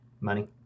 Money